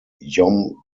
yom